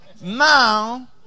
Now